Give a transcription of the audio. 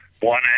One